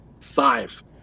five